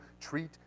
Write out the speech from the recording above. treat